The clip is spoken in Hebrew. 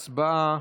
הצבעה,